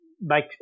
make